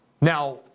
Now